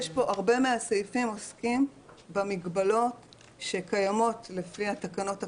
הרבה מהסעיפים עוסקים במגבלות שקיימות לפי התקנות הקיימות,